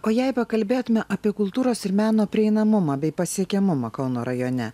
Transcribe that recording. o jei pakalbėtume apie kultūros ir meno prieinamumą bei pasiekiamumą kauno rajone